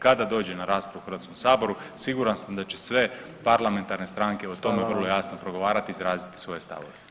Kada dođe na raspravu u Hrvatskom saboru siguran sam da će sve parlamentarne stranke o tome vrlo jasno [[Upadica: Hvala vam.]] i izraziti svoje stavove.